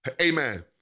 Amen